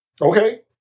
Okay